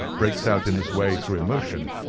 breaks out in this way through emotion,